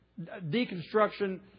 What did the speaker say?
deconstruction